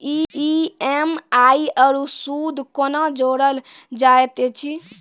EMI आरू सूद कूना जोड़लऽ जायत ऐछि?